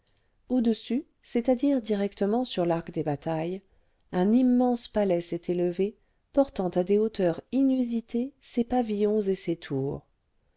au-dessus c'est-à-dire directement sur l'arc des batailles un immense palais s'est élevé portant à des hauteurs inusitées ses pavillons et ses tours